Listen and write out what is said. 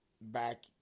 back